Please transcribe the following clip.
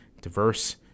diverse